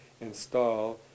install